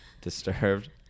Disturbed